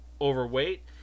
overweight